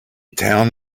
town